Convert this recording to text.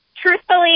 Truthfully